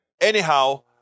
Anyhow